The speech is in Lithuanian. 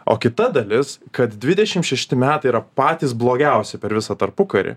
o kita dalis kad dvidešim šešti metai yra patys blogiausi per visą tarpukarį